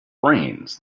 brains